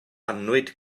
annwyd